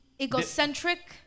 egocentric